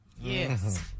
Yes